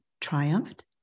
triumphed